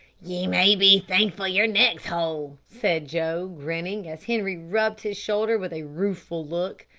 ye may be thankful yer neck's whole, said joe, grinning, as henri rubbed his shoulder with a rueful look.